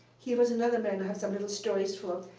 he was another man i have some little stories for.